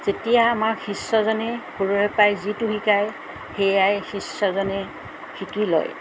যেতিয়া আমাক শিষ্যজনে সৰুৰে পাই যিটো শিকায় সেয়াই শিষ্যজনে শিকি লয়